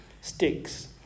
sticks